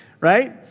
right